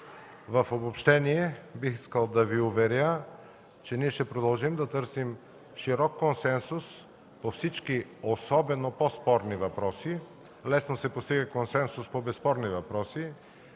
В обобщение бих искал да Ви уверя, че ние ще продължим да търсим широк консенсус по всички особено по-спорни въпроси (лесно се постига консенсус по безспорни въпроси),